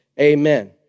Amen